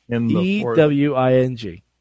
E-W-I-N-G